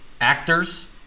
actors